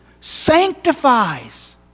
sanctifies